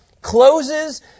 closes